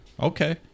Okay